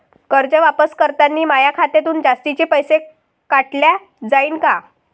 कर्ज वापस करतांनी माया खात्यातून जास्तीचे पैसे काटल्या जाईन का?